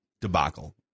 debacle